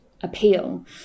appeal